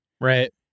right